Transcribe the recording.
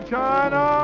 China